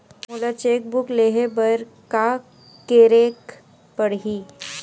मोला cheque book लेहे बर का केरेक पढ़ही?